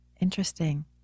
interesting